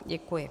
Děkuji.